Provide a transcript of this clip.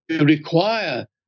require